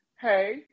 hey